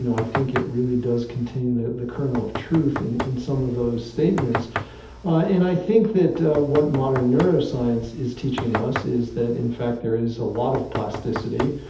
i think it really does contain the the kernel of truth in in some of those statements and i think that what modern neuroscience is teaching us is that, in fact, there is a lot of plasticity,